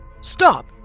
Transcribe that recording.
Stop